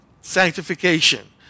sanctification